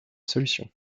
solution